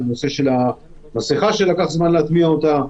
בנושא המסכה שלקח זמן להטמיע אותה.